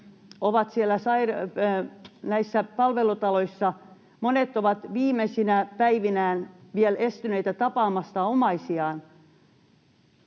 ovat palvelutaloissa, monet ovat vielä viimeisinä päivinään estyneitä tapaamasta omaisiaan.